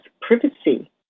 privacy